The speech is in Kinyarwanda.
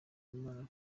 imana